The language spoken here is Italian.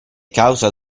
causa